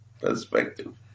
perspective